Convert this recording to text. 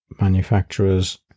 manufacturers